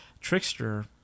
trickster